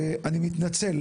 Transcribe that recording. כפי שאמרתי,